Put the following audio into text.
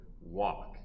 walk